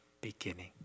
beginning